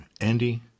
Andy